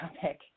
topic